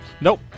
Nope